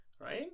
right